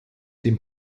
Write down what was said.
den